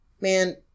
Man